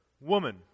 woman